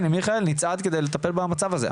השכל ומיכאל ביטון נצעד על מנת לטפל במצב הזה.